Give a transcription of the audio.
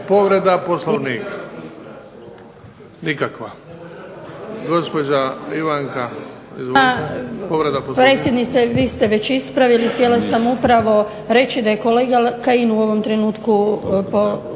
povreda Poslovnika. Nikakva. Gospođa Ivanka Roksandić, izvolite. Povreda Poslovnika.